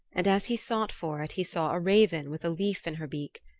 and as he sought for it he saw a raven with a leaf in her beak.